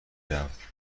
رفت